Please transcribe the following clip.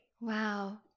Wow